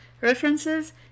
references